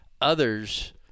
Others